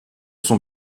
son